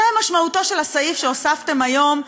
זו משמעותו של הסעיף שהוספתם היום,